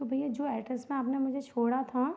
तो भैया जो एड्रेस में आपने मुझे छोड़ा था